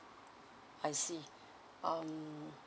I see um